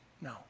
No